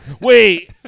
Wait